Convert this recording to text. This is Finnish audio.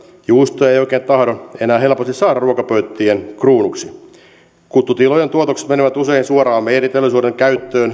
juustoa ei oikein tahdo enää helposti saada ruokapöytien kruunuksi kuttutilojen tuotokset menevät usein suoraan meijeriteollisuuden käyttöön